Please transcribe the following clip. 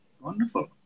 Wonderful